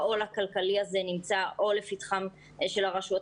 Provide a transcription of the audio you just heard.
העול הכלכלי הזה נמצא או לפתחם של הרשויות